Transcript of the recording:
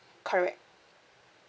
correct